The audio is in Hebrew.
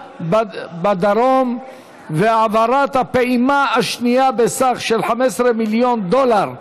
בדרום והעברת הפעימה השנייה בסך של 15 מיליון דולר לחמאס,